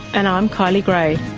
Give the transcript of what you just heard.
and i'm kylie grey